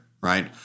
right